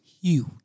huge